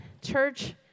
church